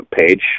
page